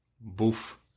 boof